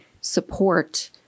support